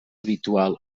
habitual